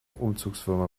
umzugsfirma